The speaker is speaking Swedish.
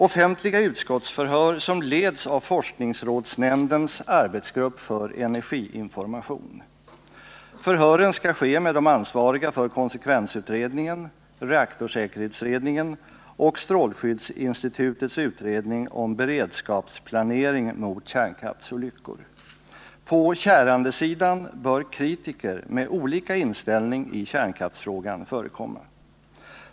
Offentliga utskottsförhör som leds av forskningsrådsnämndens arbetsgrupp för energiinformation. Förhören skall ske med de ansvariga för konsekvensutredningen, reaktorsäkerhetsutredningen och strålskyddsinstitutets utredning om beredskapsplanering mot kärnkraftsolyckor. På ”kärandesidan” bör kritiker med olika inställning i kärnkraftsfrågan förekomma.